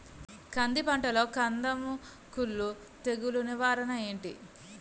కంది పంటలో కందము కుల్లు తెగులు నివారణ ఏంటి?